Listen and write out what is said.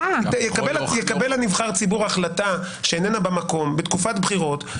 יקבל נבחר הציבור החלטה שאיננה במקום בתקופת בחירות,